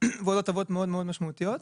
ועוד הטבות מאוד משמעותיות.